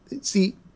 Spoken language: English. see